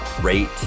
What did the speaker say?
rate